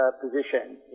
position